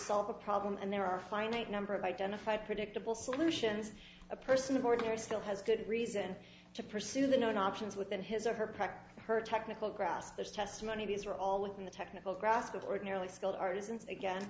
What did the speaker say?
solve a problem and there are a finite number of identify predictable solutions a person of ordinary still has good reason to pursue the known options within his or her practice her technical grasp there's testimony these are all within the technical grasp of the ordinarily skilled artisans again